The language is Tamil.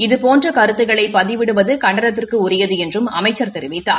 இதபோன்ற கருத்துக்களை பதிவிடுவது கண்டனத்தக்குரியது என்றும் அமைச்சர் தெரிவித்தார்